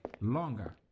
Longer